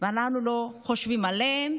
אנחנו לא חושבים עליהם.